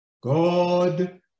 God